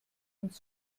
uns